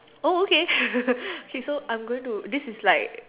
oh okay okay so I'm going to this is like